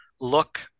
look